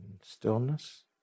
stillness